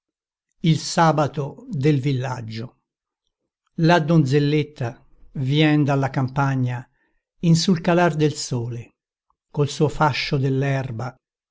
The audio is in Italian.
l sabato del villaggio a donzelletta vien dalla campagna in sul calar del sole col suo fascio